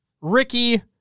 Ricky